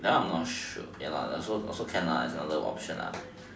that one I am not sure ya lah also can lah it's another option